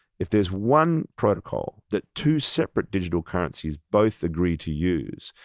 if there's one protocol that two separate digital currencies both agree to use,